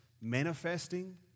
manifesting